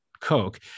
Coke